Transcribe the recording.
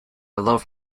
love